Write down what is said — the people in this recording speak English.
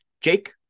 Jake